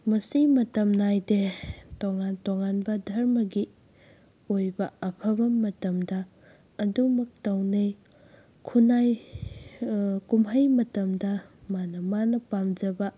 ꯃꯁꯤ ꯃꯇꯝ ꯅꯥꯏꯗꯦ ꯇꯣꯉꯥꯟ ꯇꯣꯉꯥꯟꯕ ꯙꯔꯃꯒꯤ ꯑꯣꯏꯕ ꯑꯐꯕ ꯃꯇꯝꯗ ꯑꯗꯨꯃꯛ ꯇꯧꯅꯩ ꯈꯨꯟꯅꯥꯏ ꯀꯨꯝꯍꯩ ꯃꯇꯝꯗ ꯃꯥꯅ ꯃꯥꯅ ꯄꯥꯝꯖꯕ